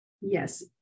yes